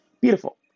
Beautiful